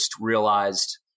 realized